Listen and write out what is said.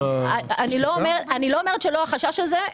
אני לא אומרת "לא" על החשש הזה.